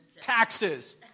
taxes